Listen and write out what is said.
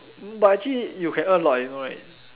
but actually you can earn a lot you know right